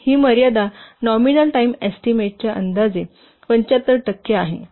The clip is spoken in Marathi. ही मर्यादा नॉमिनल टाईम एस्टीमेटच्या अंदाजे 75 टक्के आहे